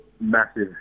massive